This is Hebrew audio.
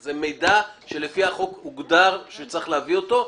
זה מידע שלפי החוק הוגדר שצריך להביא אותו.